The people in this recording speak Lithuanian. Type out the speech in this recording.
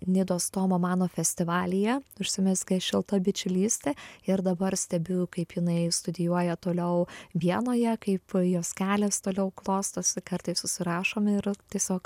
nidos tomo mano festivalyje užsimezgė šilta bičiulystė ir dabar stebiu kaip jinai studijuoja toliau vienoje kaip jos kelias toliau klostosi kartais susirašom ir tiesiog